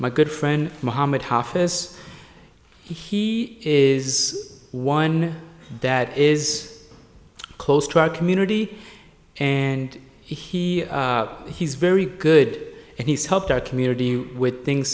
my good friend mohammed hafez he is one that is close to our community and he he he's very good and he's helped our community you with things